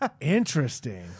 Interesting